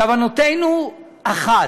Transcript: כוונתנו אחת: